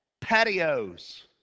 patios